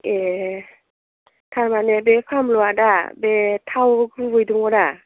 ए थारमाने बे फानलुवा दा बे थाव गुबै दङ दा